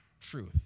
truth